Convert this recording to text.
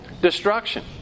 Destruction